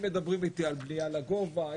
אם מדברים איתי על בנייה לגובה,